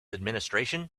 administration